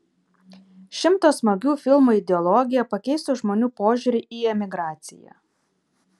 šimto smagių filmų ideologija pakeistų žmonių požiūrį į emigraciją